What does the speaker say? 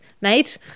mate